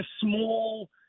small